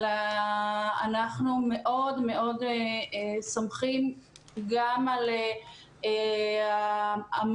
אבל אנחנו מאוד מאוד סומכים גם על המורים.